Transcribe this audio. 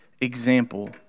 example